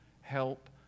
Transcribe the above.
help